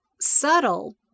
subtle